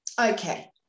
Okay